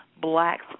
blacks